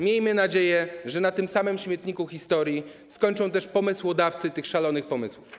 Miejmy nadzieję, że na tym samym śmietniku historii skończą też pomysłodawcy, autorzy tych szalonych pomysłów.